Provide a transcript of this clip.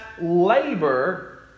labor